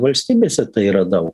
valstybėse tai radau